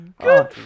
Good